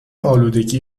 آلودگی